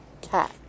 cat